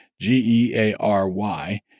G-E-A-R-Y